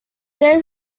they